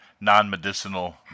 Non-medicinal